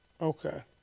Okay